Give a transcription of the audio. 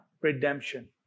redemption